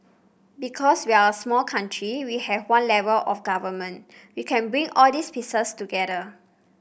because we're a small country we have one level of government we can bring all these pieces together